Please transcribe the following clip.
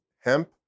hemp